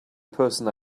person